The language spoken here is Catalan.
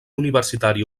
universitària